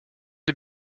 des